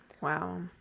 Wow